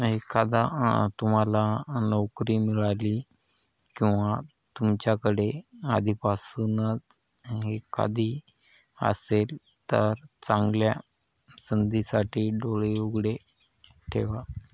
एकदा तुम्हाला नोकरी मिळाली किंवा तुमच्याकडे आधीपासूनच एखादी असेल तर चांगल्या संधीसाठी डोळे उघडे ठेवा